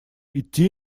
идти